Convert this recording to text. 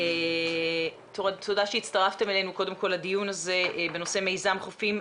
תודה שהצטרפתם אלינו לדיון הזה בנושא מיזם "חופים"